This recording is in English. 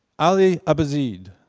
ali abazeed.